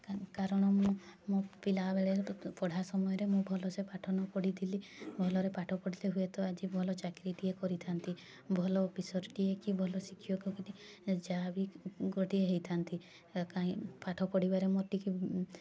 କାରଣ ମୁଁ ମୋ ପିଲାବେଳରେ ପଢ଼ା ସମୟରେ ମୁଁ ଭଲସେ ପାଠ ନ ପଢ଼ିଥିଲି ଭଲରେ ପାଠ ପଢ଼ି ଥିଲେ ହୁଏତ ଆଜି ଭଲ ଚାକିରୀ ଟିଏ କରିଥାନ୍ତି ଭଲ ଅଫିସର ଟିକେ କି ଭଲ ଶିକ୍ଷକ ଯାହାବି ଗୋଟିଏ ହେଇଥାନ୍ତି କାହିଁ ପାଠ ପଢ଼ିବାରେ ମୋର ଟିକେ